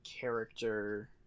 character